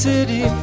city